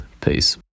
peace